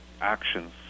actions